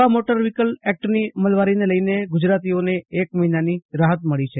નવા motor vehicle એક્ટની અમલવારીને લઈને ગુજરાતીઓને એક મહિનાની રાહત મળી છે